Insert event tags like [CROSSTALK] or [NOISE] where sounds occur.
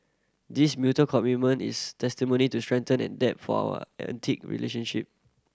this mutual commitment is testimony to strength and depth for our [UNINTELLIGIBLE] relationship